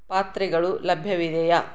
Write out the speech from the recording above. ಪಾತ್ರೆಗಳು ಲಭ್ಯವಿದೆಯಾ